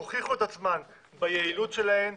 הוכיחו את עצמן ביעילות שלהן,